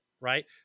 right